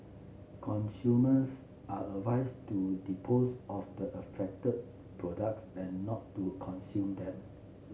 consumers are advised to dispose of the affected products and not to consume them